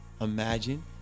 Imagine